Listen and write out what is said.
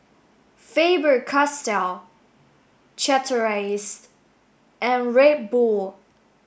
Faber Castell Chateraise and Red Bull